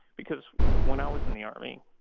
because when i was in the army,